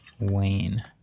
Wayne